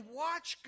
watch